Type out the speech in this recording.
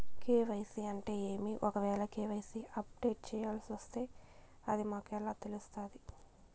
KYC అంటే ఏమి? ఒకవేల కె.వై.సి అప్డేట్ చేయాల్సొస్తే అది మాకు ఎలా తెలుస్తాది?